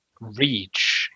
reach